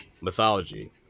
mythology